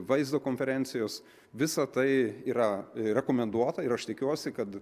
vaizdo konferencijos visa tai yra rekomenduota ir aš tikiuosi kad